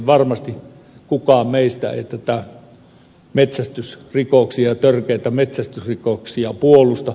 varmasti kukaan meistä ei näitä törkeitä metsästysrikoksia puolusta